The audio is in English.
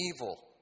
evil